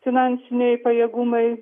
finansiniai pajėgumai